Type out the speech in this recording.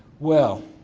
well.